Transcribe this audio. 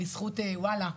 בזכות וואלה,